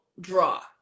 draw